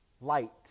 light